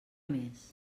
més